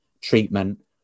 treatment